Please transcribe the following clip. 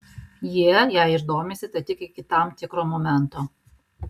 jie jei ir domisi tai tik iki tam tikro momento